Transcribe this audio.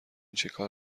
چیکار